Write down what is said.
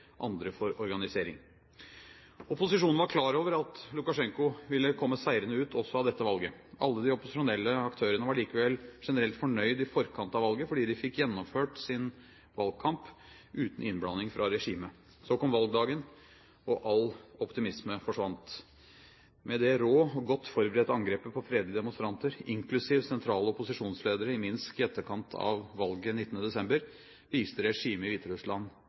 andre for organisering. Opposisjonen var klar over at Lukasjenko ville komme seirende ut også av dette valget. Alle de opposisjonelle aktørene var likevel generelt fornøyde i forkant av valget fordi de fikk gjennomført sin valgkamp uten innblanding fra regimet. Så kom valgdagen, og all optimisme forsvant. Med det rå og godt forberedte angrepet på fredelige demonstranter – inklusiv sentrale opposisjonsledere – i Minsk i etterkant av valget 19. desember viste regimet i Hviterussland